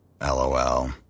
LOL